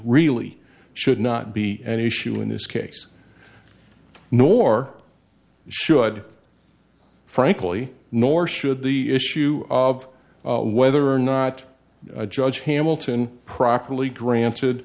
really should not be an issue in this case nor should frankly nor should the issue of whether or not judge hamilton properly granted